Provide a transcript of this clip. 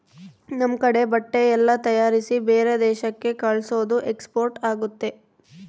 ನಮ್ ಕಡೆ ಬಟ್ಟೆ ಎಲ್ಲ ತಯಾರಿಸಿ ಬೇರೆ ದೇಶಕ್ಕೆ ಕಲ್ಸೋದು ಎಕ್ಸ್ಪೋರ್ಟ್ ಆಗುತ್ತೆ